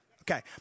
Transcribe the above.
Okay